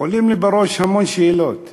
עולות לי בראש המון שאלות.